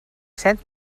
set